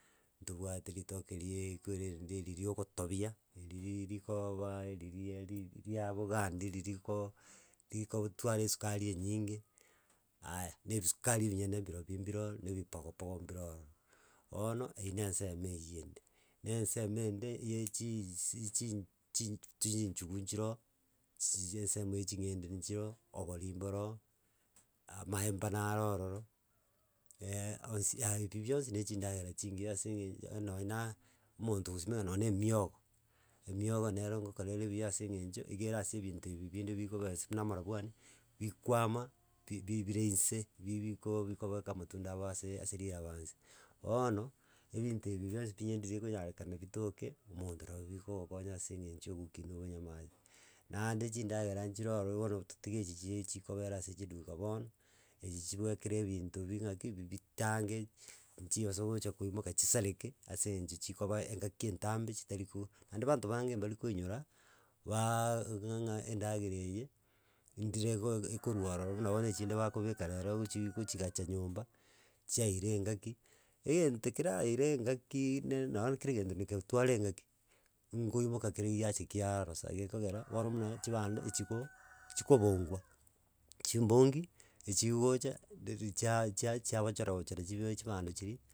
Ntobwate ritoke riaaa kwerende riri ogotobia, ririri rikoooba riria ri ria bogandi riri iko rikotwara esukari enyinge aya, na ebisukari ebinyene mbirobio mbiro na ebipogopogo mbiro ororo. Bono eywo na ensemo eywo ende, na ensemo ende ya chiiisi chi chinchungu nchiroo, chiri chiensemo ya ching'ende nchiro obori mboroo, amaemba naro ororo onsi ah ebi bionsi na chidangera chingiya ase eng'encho nonye na aa omonto ogosimeka nonye na emiogo, emiogo nero ngokorere buya ase eng'encho igere ase ebinto ebi binde bikobesi buna amarabwani, bikwama bi bire nse, bibi bikobeka amatunda abo aseee ase riraba nse. Bono, ebinto ebi bionsi pi onye ndiri ekonyarekana bitoke, omonto robigokonya ase eng'encho. Naende chindagera nchire ororo bono totige echi chie chikobera ase chiduka bono, echi chibekire ebinto bi ng'aki, bibitange nchibasa gocha koimoka chisakere ase eng'encho chikoba engaki entambe chitarigo naende banto bange mbarikoinyora baaaaa iga ng'a endagera eye, ndire ego ekorwa ororo buna bono echinde bakobeka rero gochi gochigacha nyomba chiaira engaki, egento keraire engakiiii ne nonye ekero egento nega getwara engaki, ngoimoka kere giachia kiaaarosa egekogera, bono buna, chibando echigo chikobongwa, chimbongi echigocha riria chiaa chia chiabochora oo chirechio bia chibando chiria.